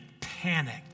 panic